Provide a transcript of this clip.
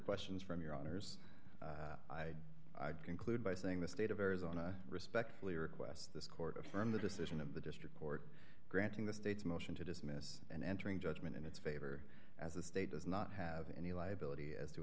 questions from your honour's i conclude by saying the state of arizona respectfully request this court affirm the decision of the district court granting the state's motion to dismiss and entering judgment in its favor as the state does not have any liability as to